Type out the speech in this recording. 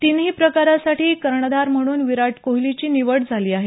तिनही प्रकारांसाठी कर्णधार म्हणून विराट कोहलीची निवड झाली आहे